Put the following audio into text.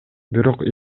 бирок